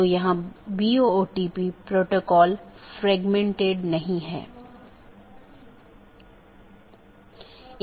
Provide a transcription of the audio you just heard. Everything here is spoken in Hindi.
एक स्टब AS केवल स्थानीय ट्रैफ़िक ले जा सकता है क्योंकि यह AS के लिए एक कनेक्शन है लेकिन उस पार कोई अन्य AS नहीं है